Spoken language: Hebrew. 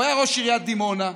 הוא היה ראש עיריית דימונה,